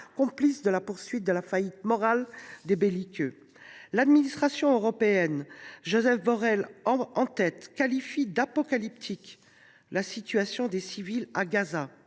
complices de la poursuite de la faillite morale des belliqueux. L’administration européenne, Josep Borrell en tête, qualifie d’« apocalyptique » la situation des civils à Gaza